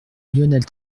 lionel